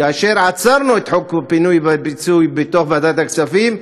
כאשר עצרנו את חוק פינוי-פיצוי בוועדת הכספים,